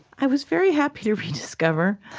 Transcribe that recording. i was very happy to rediscover,